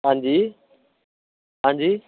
ਹਾਂਜੀ ਹਾਂਜੀ